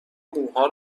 موها